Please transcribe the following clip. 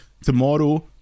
Tomorrow